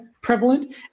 prevalent